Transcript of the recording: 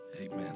amen